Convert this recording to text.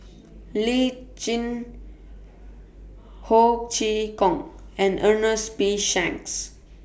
Lee Tjin Ho Chee Kong and Ernest P Shanks